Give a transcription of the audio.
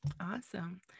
Awesome